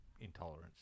intolerance